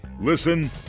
Listen